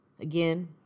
Again